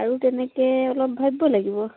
আৰু তেনেকৈ অলপ ভাবিব লাগিব